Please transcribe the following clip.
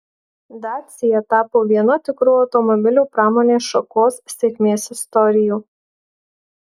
dacia tapo viena tikrų automobilių pramonės šakos sėkmės istorijų